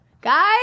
Guys